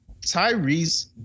Tyrese